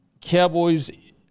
Cowboys